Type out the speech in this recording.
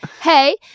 Hey